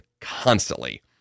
constantly